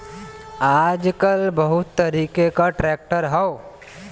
आजकल बहुत तरीके क ट्रैक्टर हौ